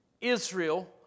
Israel